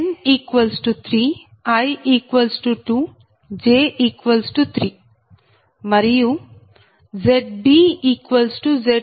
n 3 i 2 j 3 మరియు ZbZ230